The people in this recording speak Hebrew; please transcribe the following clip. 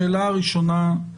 השאלה הראשונה,